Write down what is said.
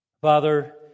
Father